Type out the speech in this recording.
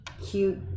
Cute